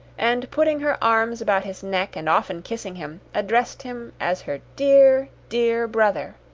and putting her arms about his neck, and often kissing him, addressed him as her dear, dear brother.